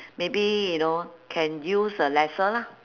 maybe you know can use uh lesser lah